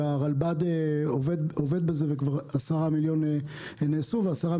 הרלב"ד עובד בזה וכבר עשרה מיליון נעשו ועשרה